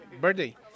birthday